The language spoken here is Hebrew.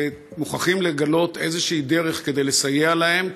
ומוכרחים לגלות איזושהי דרך לסייע להם,